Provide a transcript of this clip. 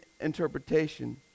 interpretation